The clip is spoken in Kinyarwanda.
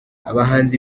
abahanzi